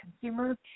consumer